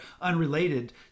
unrelated